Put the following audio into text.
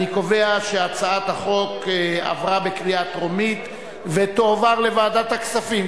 אני קובע שהצעת החוק עברה בקריאה טרומית ותועבר לוועדת הכספים,